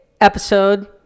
episode